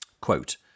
Quote